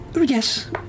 Yes